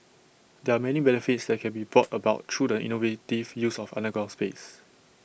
there are many benefits that can be brought about through the innovative use of underground space